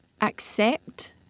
Accept